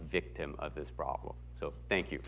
victim of this problem so thank you